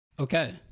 Okay